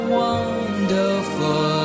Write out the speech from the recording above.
wonderful